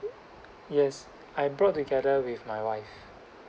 yes I brought together with my wife